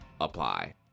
apply